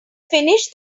finish